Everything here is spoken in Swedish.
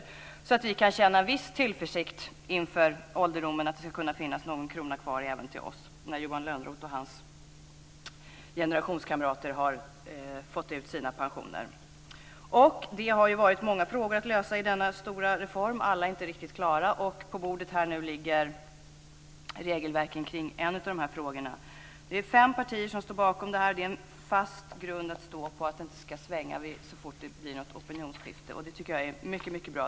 Det innebär att vi kan känna en viss tillförsikt inför ålderdomen om att det kommer att finnas någon krona kvar även till oss när Johan Lönnroth och hans generationskamrater har fått ut sina pensioner. Det har ju varit många frågor att lösa i denna stora reform. Alla är inte riktigt klara. På bordet här ligger nu regelverken kring en av de här frågorna. Det är fem partier som står bakom detta. Det är en fast grund att stå på för att det inte ska svänga så fort det blir något opinionsskifte. Jag tycker att det är mycket bra.